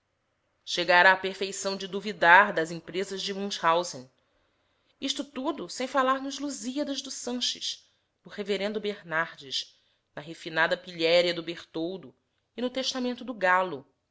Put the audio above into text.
chegara à perfeição de duvidar das empresas de münchhausen isto tudo sem falar nos lusíadas do sanches no reverendo bernardes na refinada pilhéria do bertoldo e no testamento do galo